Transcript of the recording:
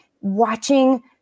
watching